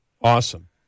Awesome